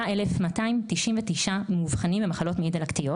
68,299 מאובחנים במחלות מעי דלקתיות.